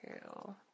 true